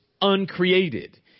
uncreated